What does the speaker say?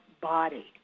body